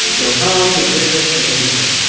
you'll come, you'll visit, it'll be great.